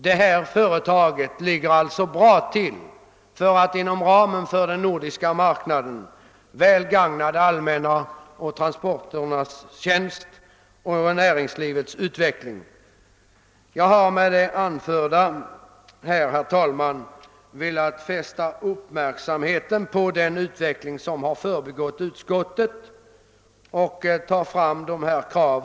Detta företag kan alltså inom ramen för den nordiska marknaden väl gagna det allmänna när det gäller transporter och näringslivets utveckling. Jag har med det anförda velat fästa uppmärksamheten på en utveckling som undgått utskottet.